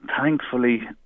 thankfully